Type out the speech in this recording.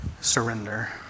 surrender